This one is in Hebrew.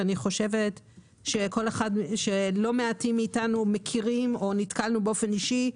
ואני חושבת שלא מעטים מאתנו מכירים או נתקלנו באופן אישי.